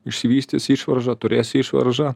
išsivystys išvarža turės išvaržą